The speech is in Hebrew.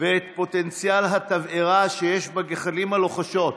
ואת פוטנציאל התבערה שיש בגחלים הלוחשות,